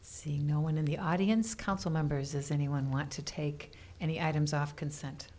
saying no one in the audience council members is anyone want to take any items off consent